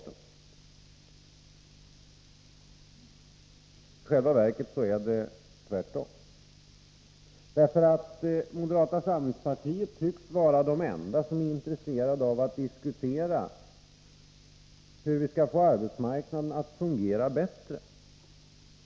I själva verket är det tvärtom, därför att vi moderater tycks vara de enda som är intresserade av att diskutera hur arbetsmarknaden skall fås att fungera bättre.